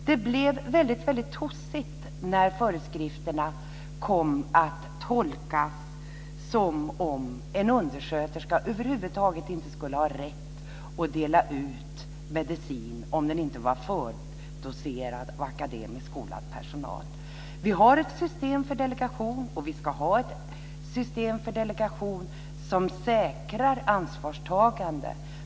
Det blev väldigt tossigt när föreskrifterna kom att tolkas som om en undersköterska över huvud taget inte skulle ha rätt att dela ut medicin om den inte var fördoserad av akademiskt skolad personal. Vi har ett system för delegation, och vi ska ha ett system för delegation som säkrar ansvarstagande.